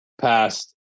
past